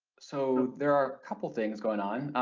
so there are a couple things going on,